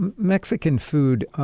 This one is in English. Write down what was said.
and mexican food,